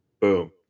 Boom